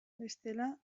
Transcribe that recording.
bestela